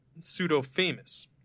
pseudo-famous